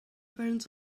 burns